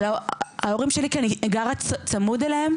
ההורים שלי, כי אני גרה צמוד אליהם.